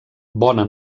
bona